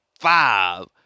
five